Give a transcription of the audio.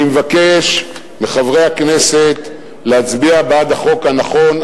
אני מבקש מחברי הכנסת להצביע בעד החוק הנכון,